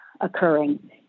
occurring